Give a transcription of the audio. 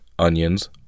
onions